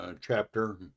chapter